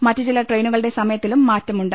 മറ്റ് ചില ട്രെയിനുക ളുടെ സമയത്തിലും മാറ്റമുണ്ട്